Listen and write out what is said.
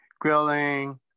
grilling